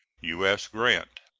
u s. grant.